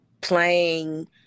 playing